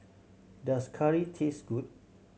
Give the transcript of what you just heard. does curry taste good